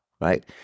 right